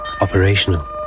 operational